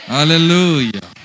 Hallelujah